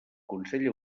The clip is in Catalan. consell